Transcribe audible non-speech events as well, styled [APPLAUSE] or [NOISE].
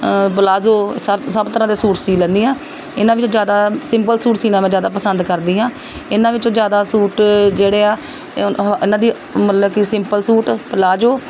palazzo ਸਭ ਸਭ ਤਰ੍ਹਾਂ ਦੇ ਸੂਟ ਸੀ ਲੈਂਦੀ ਹਾਂ ਇਹਨਾਂ ਵਿੱਚੋਂ ਜ਼ਿਆਦਾ ਸਿੰਪਲ ਸੂਟ ਸੀਣਾ ਮੈਂ ਜ਼ਿਆਦਾ ਪਸੰਦ ਕਰਦੀ ਹਾਂ ਇਹਨਾਂ ਵਿੱਚੋਂ ਜ਼ਿਆਦਾ ਸੂਟ ਜਿਹੜੇ ਆ [UNINTELLIGIBLE] ਇਹਨਾਂ ਦੀ ਮਤਲਬ ਕਿ ਸਿੰਪਲ ਸੂਟ ਪਲਾਜੋ